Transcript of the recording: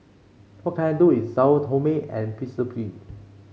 what can I do is Sao Tome and Principe